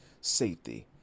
safety